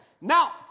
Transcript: Now